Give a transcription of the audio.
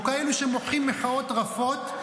או כאלה שהם מוחים מחאות רפות.